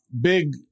Big